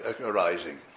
arising